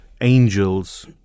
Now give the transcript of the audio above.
angels